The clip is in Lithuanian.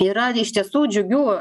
yra iš tiesų džiugių